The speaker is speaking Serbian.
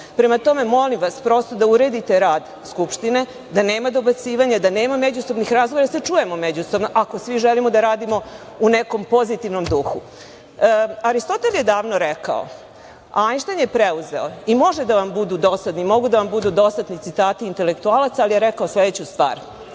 Prema tome, molim vas da prosto uredite rad Skupštine, da nema dobacivanja, da nema međusobnih razgovora, da se čujemo međusobno, ako želimo da radimo u nekom pozitivnom duhu. Aristotel je davno rekao, a Ajnštajn je preuzeo i može da vam budu dosadni, mogu da vam budu dosadni citati intelektualaca, ali je rekao sledeću stvar: